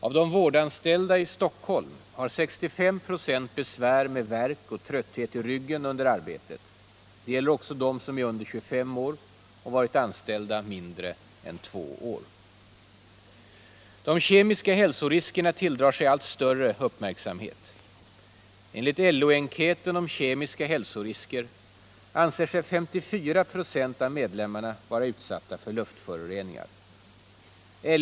Av de vårdanställda i Stockholm har 65 96 besvär med värk och trötthet i ryggen under arbetet. Det gäller även dem som är under 25 år och har varit anställda mindre än två år. Arbetsmiljölag, De kemiska hälsoriskerna tilldrar sig allt större uppmärksamhet. Enligt = m.m. LO-enkäten om kemiska hälsorisker anser sig 54 96 av medlemmarna vara utsatta för luftföroreningar.